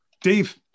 Dave